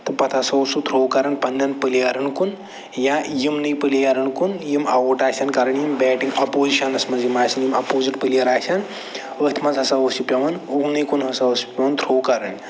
تہٕ پتہٕ ہسا اوس سُہ تھرٛوٚ کَران پنٛنٮ۪ن پٕلیرَن کُن یا یِمنٕے پٕلیرَن کُن یِم آوُٹ آسَن کَرٕنۍ یِم بیٹنٛگ اَپوزِشَنَس منٛز یِم آسَن یِم اَپوزِٹ پٕلیَر آسَن أتھۍ منٛز ہَسا اوس یہِ پٮ۪وان یِم نٕے کُن ہسا اوس یہِ پٮ۪وان تھرٛوٚ کَرٕنۍ